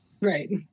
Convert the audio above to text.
Right